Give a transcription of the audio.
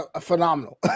phenomenal